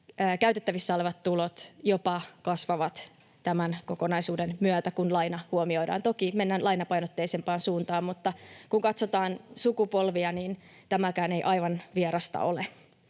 käytettävissä olevat tulot jopa kasvavat tämän kokonaisuuden myötä, kun laina huomioidaan. Toki mennään lainapainotteisempaan suuntaan, mutta kun katsotaan sukupolvia, niin tämäkään ei aivan vierasta ole.